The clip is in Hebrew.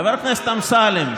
חבר הכנסת אמסלם,